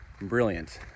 brilliant